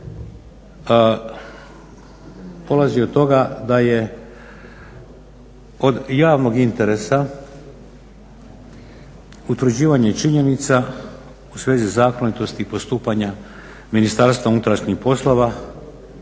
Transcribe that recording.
polazi od toga da je od javnog interesa utvrđivanje činjenica u svezi zakonitosti i postupanja Ministarstva unutrašnjih poslova